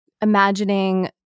imagining